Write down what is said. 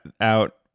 out